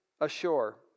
ashore